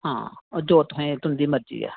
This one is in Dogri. ओह्दे उत्थें तुंदी मर्जी ऐ